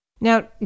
Now